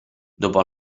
dopo